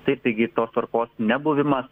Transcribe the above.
taip taigi tos tvarkos nebuvimas